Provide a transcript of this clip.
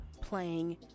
playing